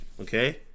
Okay